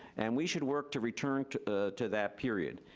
and we should work to return to ah to that period.